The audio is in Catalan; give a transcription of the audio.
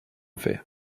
fer